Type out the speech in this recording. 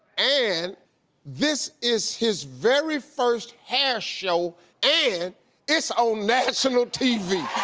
and this is his very first hair show and it's on national tv.